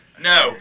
no